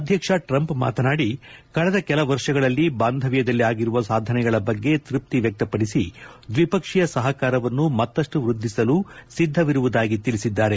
ಅಧ್ಯಕ್ಷ ಟ್ರಂಪ್ ಮಾತನಾಡಿ ಕಳೆದ ಕೆಲ ವರ್ಷಗಳಲ್ಲಿ ಬಾಂಧವ್ಯದಲ್ಲಿ ಆಗಿರುವ ಸಾಧನೆಗಳ ಬಗ್ಗೆ ತೃಪ್ತಿ ವ್ಯಕ್ತಪಡಿಸಿ ದ್ವಿಪಕ್ಷೀಯ ಸಹಕಾರವನ್ನು ಮತ್ತಷ್ಟು ವೃದ್ಧಿಸಲು ಸಿದ್ಧವಿರುವುದಾಗಿ ತಿಳಿಸಿದ್ದಾರೆ